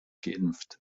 geimpft